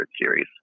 series